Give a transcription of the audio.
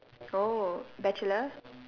oh bachelor